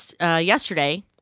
yesterday